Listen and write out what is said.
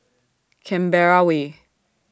Canberra Way